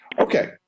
Okay